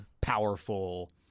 powerful